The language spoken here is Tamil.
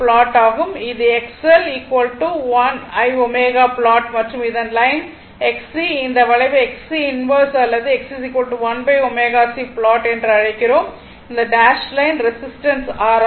இது XL l ω ப்லாட் மற்றும் இந்த லைன் XC இந்த வளைவை XC இன்வெர்ஸ் அல்லது XC1ω C ப்லாட் என்று அழைக்கிறோம் இந்த டேஷ் லைன் ரெசிஸ்டன்ஸ் R ஆகும்